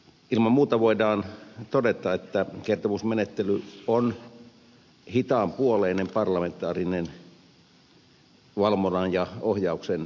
ilman muuta voidaan todeta että kertomusmenettely on hitaanpuoleinen parlamentaarinen valvonnan ja ohjauksen väline